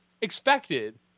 expected